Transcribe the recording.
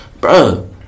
Bro